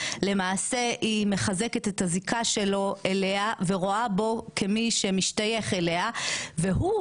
למעשה היא מחזקת את הזיקה שלו אליה ורואה בו כמי שמשתייך אליה והוא